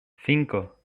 cinco